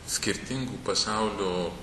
skirtingų pasaulio